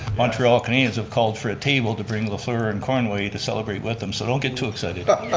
montreal canadiens have called for a table to bring lafleur and conway to celebrate with them so don't get too excited.